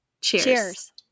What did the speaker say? Cheers